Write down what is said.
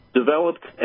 developed